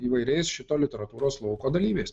įvairiais šito literatūros lauko dalyviais